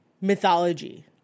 mythology